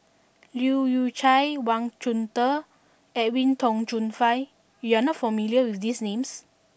Leu Yew Chye Wang Chunde and Edwin Tong Chun Fai you are not familiar with these names